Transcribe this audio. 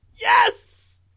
Yes